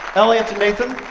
elliott and nathan.